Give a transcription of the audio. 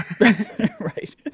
Right